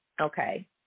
okay